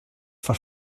for